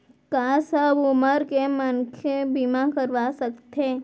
का सब उमर के मनखे बीमा करवा सकथे?